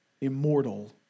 immortal